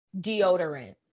deodorant